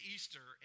Easter